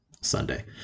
Sunday